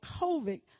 covid